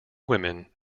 women